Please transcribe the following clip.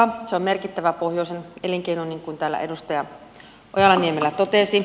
se on merkittävä pohjoisen elinkeino niin kuin täällä edustaja ojala niemelä totesi